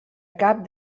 cap